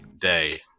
Day